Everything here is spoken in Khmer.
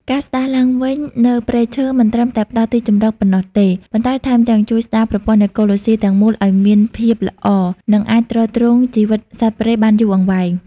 ការស្តារឡើងវិញនូវព្រៃឈើមិនត្រឹមតែផ្តល់ទីជម្រកប៉ុណ្ណោះទេ ប៉ុន្តែថែមទាំងជួយស្តារប្រព័ន្ធអេកូឡូស៊ីទាំងមូលឲ្យមានភាពល្អ និងអាចទ្រទ្រង់ជីវិតសត្វព្រៃបានយូរអង្វែង។